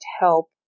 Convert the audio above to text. help